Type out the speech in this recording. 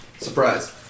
Surprise